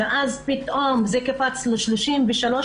ואז פתאום זה קפץ ל-33.7%.